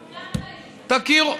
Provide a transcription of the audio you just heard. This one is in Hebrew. תכירו,